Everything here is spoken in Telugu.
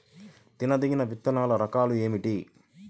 తినదగిన విత్తనాల రకాలు ఏమిటి?